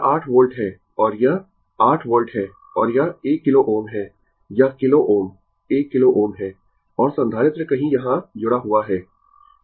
यह 8 वोल्ट है और यह 8 वोल्ट है और यह 1 किलो Ω है यह किलो Ω 1 किलो Ω है और संधारित्र कहीं यहां जुड़ा हुआ है